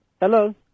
Hello